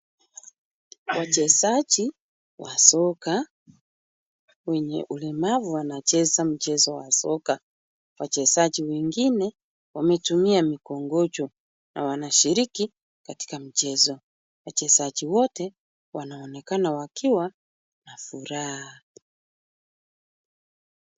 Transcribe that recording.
Wachezaji wa soka wenye ulemavu wanacheza mchezo wa soka. Wachezaji wengine wametumia mikongojo na wanashiriki katika mchezo. Wachezaji wote wanaonekana wakiwa na furaha.